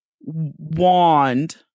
wand